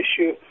issue